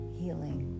healing